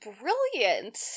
Brilliant